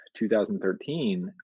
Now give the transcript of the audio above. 2013